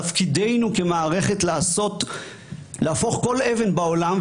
תפקידנו כמערכת הוא להפוך כל אבן בעולם,